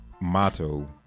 motto